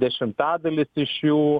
dešimtadalis iš jų